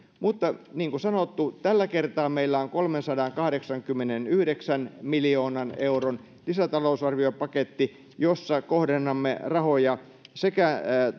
mutta niin kuin sanottu tällä kertaa meillä on kolmensadankahdeksankymmenenyhdeksän miljoonan euron lisätalousarviopaketti jossa kohdennamme rahoja sekä